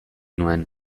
nuen